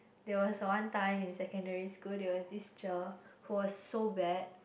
there was one time in secondary school there was cher who was so bad